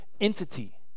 entity